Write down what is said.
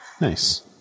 Nice